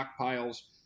stockpiles